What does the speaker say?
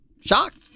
Shocked